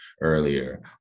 earlier